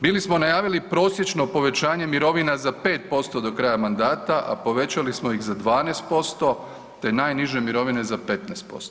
Bili smo najavili prosječno povećanje mirovina za 5% do kraja mandata, a povećali smo ih za 12% te najniže mirovine za 15%